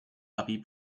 puppy